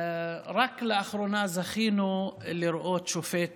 רק לאחרונה זכינו לראות שופט